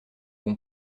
bon